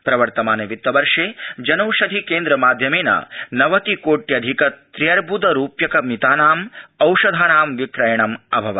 प्रवर्तमान वित्तवर्षे जनौषधि केन्द्र माध्यमेन नवति कोट्यधिक व्यर्बद रूप्यक मितानाम् औषधानां विक्रयणम् अभवत्